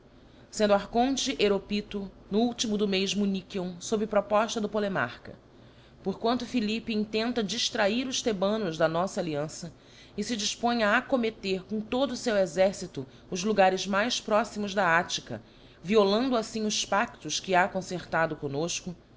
sendo archonte heropytho no ultimo do mez munichion ibb propofta do polemarcha por quanto philippe intenta dillrair os thebanos da nofla alliança e fe dilpõe a accommetter com todo o feu exercito os logares mais próximos da attica violando affim os pados que ha concertado